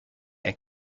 and